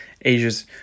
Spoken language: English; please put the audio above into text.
asia's